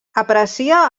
aprecia